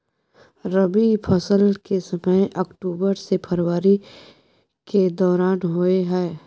रबी फसल के समय अक्टूबर से फरवरी के दौरान होय हय